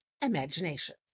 imagination